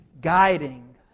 guiding